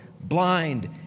blind